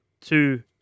two